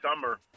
summer